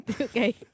Okay